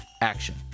action